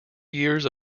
years